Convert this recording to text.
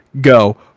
go